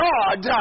God